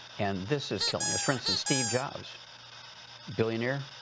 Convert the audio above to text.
and this is killing us. for instance, steve jobs billionaire,